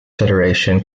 federation